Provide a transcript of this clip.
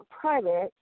private